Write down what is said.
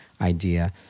idea